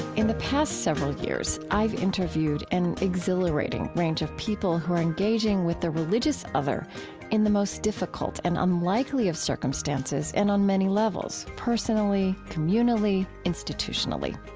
in the past several years, i've interviewed an exhilarating range of people who are engaging with their religious other in the most difficult and unlikely of circumstances and on many levels, personally, communally, institutionally.